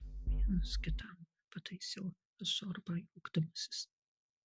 vienas kitam pataisiau aš zorbą juokdamasis